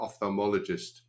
ophthalmologist